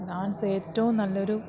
dance ഏറ്റവും നല്ല ഒരു